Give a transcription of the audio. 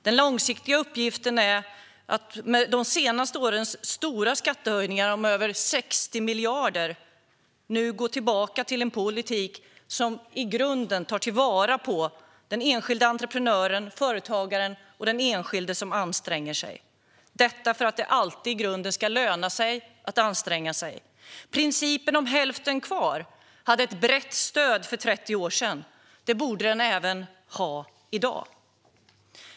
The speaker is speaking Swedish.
Den långsiktiga uppgiften är att efter de senaste årens stora skattehöjningar med över 60 miljarder nu gå tillbaka till en politik som i grunden tar till vara den enskilda entreprenören, företagaren och den enskilde som anstränger sig, detta för att det i grunden alltid ska löna sig att anstränga sig. Principen om hälften kvar hade ett brett stöd för 30 år sedan. Det borde den även ha i dag.